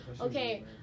Okay